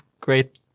great